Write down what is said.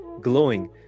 glowing